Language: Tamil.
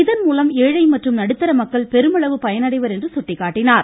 இதன்மூலம் ஏழை மற்றும் நடுத்தர மக்கள் பெருமளவு பயனடைவர் என்று சுட்டிக்காட்டினார்